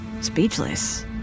speechless